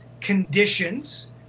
conditions